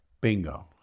bingo